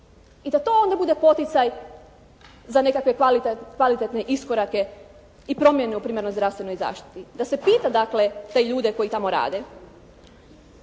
i da to onda bude poticaj za nekakve kvalitetne iskorake i promjene u primarnoj zdravstvenoj zaštiti, da se pita dakle te ljude koji tamo rade.